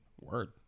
word